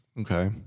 Okay